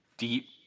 deep